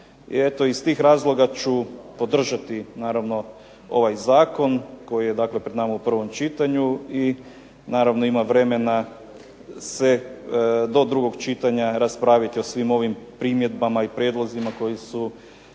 Eto, iz tih razloga ću podržati naravno ovaj zakon koji je dakle pred nama u prvom čitanju i naravno, ima vremena se do drugog čitanja raspraviti o svim ovim primjedbama i prijedlozima koji su